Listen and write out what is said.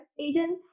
agents